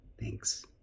Thanks